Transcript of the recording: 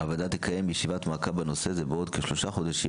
הוועדה תקיים ישיבת מעקב בנושא הזה בעוד כ-3 חודשים,